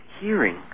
hearing